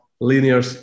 linear